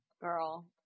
Girl